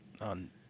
On